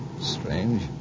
Strange